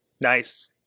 Nice